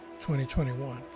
2021